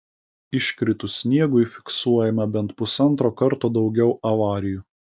iškritus sniegui fiksuojama bent pusantro karto daugiau avarijų